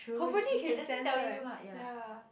hopefully you can sense right ya